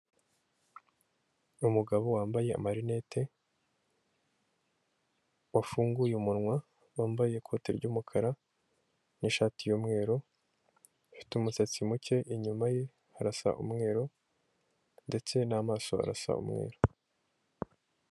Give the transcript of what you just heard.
Umugabo wambaye marinete wafunguye umunwa wambaye ikote ry'umukara n'ishati y'umweru, afite umusatsi muke inyuma ye harasa umweru ndetse n'amaso arasa umweru.